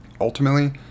Ultimately